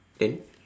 then